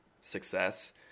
success